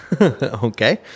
Okay